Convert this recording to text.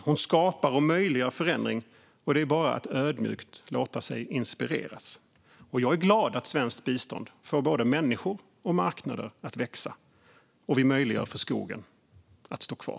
Hon skapar och möjliggör förändring, och det är bara att ödmjukt låta sig inspireras. Jag är glad att svenskt bistånd får både människor och marknader att växa och att vi möjliggör för skogen att stå kvar.